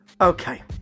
Okay